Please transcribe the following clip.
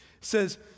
says